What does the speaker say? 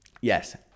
Yes